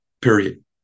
period